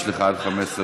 יש לך עד 15 דקות.